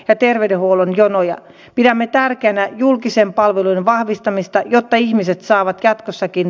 ne terveydenhuollon jonoja pidämme tärkeänä julkisten palveluiden vahvistamista jotta ihmiset saavat jatkossakin